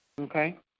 Okay